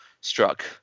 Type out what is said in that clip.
struck